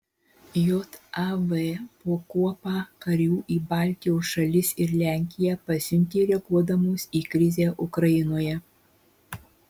jav po kuopą karių į baltijos šalis ir lenkiją pasiuntė reaguodamos į krizę ukrainoje